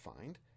find